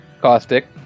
Caustic